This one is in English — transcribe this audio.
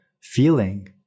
feeling